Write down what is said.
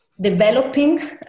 developing